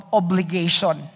obligation